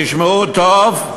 תשמעו טוב,